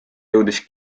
jõudis